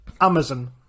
Amazon